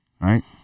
right